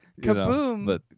Kaboom